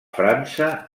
frança